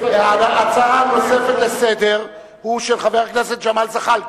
הצעה נוספת לסדר-היום היא של חבר הכנסת ג'מאל זחאלקה,